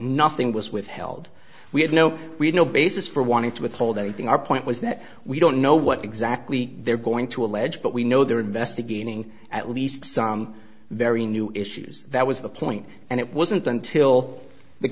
nothing was withheld we have no we no basis for wanting to withhold anything our point was that we don't know what exactly they're going to allege but we know they're investigating at least some very new issues that was the point and it wasn't until the